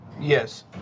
Yes